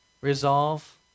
Resolve